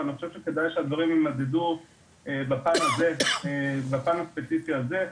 אני חושב שכדאי שהדברים יימדדו בפן הספציפי הזה.